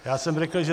Já jsem řekl, že